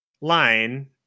line